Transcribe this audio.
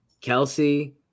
Kelsey